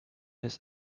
his